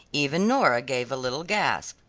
even nora gave a little gasp.